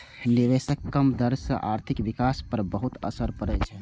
निवेशक कम दर सं आर्थिक विकास पर बहुत असर पड़ै छै